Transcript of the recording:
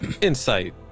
Insight